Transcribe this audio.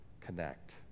Connect